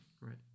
Right